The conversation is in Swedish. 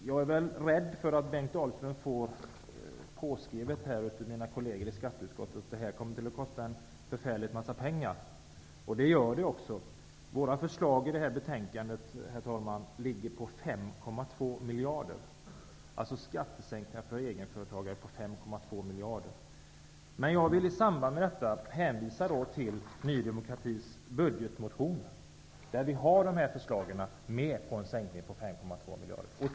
Jag är rädd för att Bengt Dalström kommer att få sig påskrivet av mina kolleger i skatteutskottet att dessa förslag skulle kosta en förfärligt massa pengar. Det gör de också. Våra förslag till detta betänkande, herr talman, kostar Det är alltså fråga om skattesänkningar för egenföretagare på 5,2 miljarder. Jag vill i samband med detta hänvisa till Ny demokratis budgetmotion. Där finns dessa förslag om en sänkning på 5,2 miljarder med.